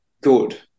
good